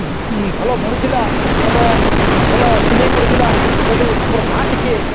ଭଲ ବୁଣୁଥିଲା ଏବଂ ଭଲ ସିଲେଇ କରୁଥିଲା ବୋଲି ମୋର ନା ଟିକେ